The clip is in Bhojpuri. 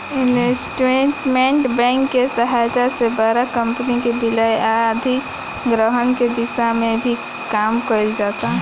इन्वेस्टमेंट बैंक के सहायता से बड़ कंपनी के विलय आ अधिग्रहण के दिशा में भी काम कईल जाता